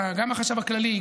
גם החשב הכללי,